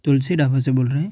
तुलसी ढाबा से बोल रहें हैं